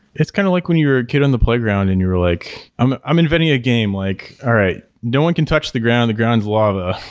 it's kind of like when you were kid on the playground and you were like i'm i'm inventing a game like, all right, no one can touch the ground. the ground is lava.